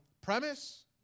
premise